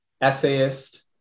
essayist